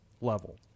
level